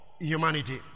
humanity